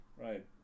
Right